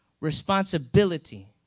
responsibility